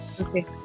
okay